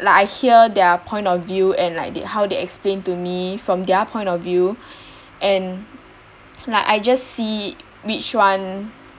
like I hear their point of view and like they how they explain to me from their point of view and like I just see which one